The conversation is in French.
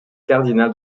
cardinals